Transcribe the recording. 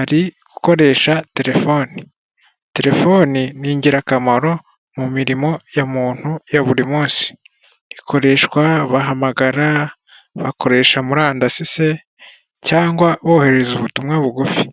Ari gukoresha telefone, telefone ni ingirakamaro mu mirimo ya muntu ya buri munsi ikoreshwa bahamagara, bakoresha murandasisi se cyangwa bohereza ubutumwa bugufi.